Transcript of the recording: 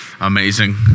Amazing